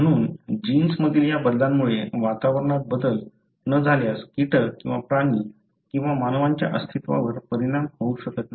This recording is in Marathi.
म्हणून जीन्स मधील या बदलांमुळे वातावरणात बदल न झाल्यास कीटक किंवा प्राणी किंवा मानवांच्या अस्तित्वावर परिणाम होऊ शकत नाही